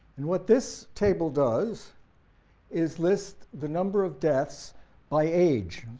and what this table does is list the number of deaths by age,